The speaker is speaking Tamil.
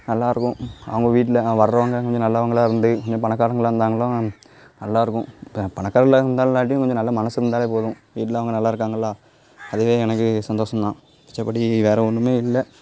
நல்லா இருக்கும் அவங்க வீட்டில் வர்றவங்க கொஞ்சம் நல்லவங்களாக இருந்து கொஞ்சம் பணக்காரங்களாக இருந்தாங்கனாலும் நல்லா இருக்கும் இப்போ பணக்காரங்களாக இருந்தாலும் இல்லாட்டியும் கொஞ்சம் நல்ல மனது இருந்தாலே போதும் வீட்டில் அவங்க நல்லா இருக்காங்களா அதுவே எனக்கு சந்தோஷம் தான் மித்தபடி வேறு ஒன்றுமே இல்லை